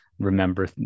remember